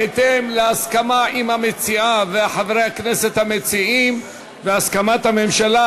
בהתאם להסכמה עם המציעה וחברי הכנסת המציעים והסכמת הממשלה,